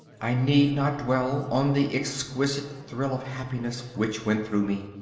i need not dwell on the exquisite thrill of happiness which went through me.